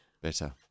better